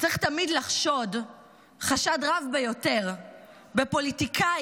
צריך תמיד לחשוד חשד רב ביותר בפוליטיקאי